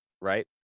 right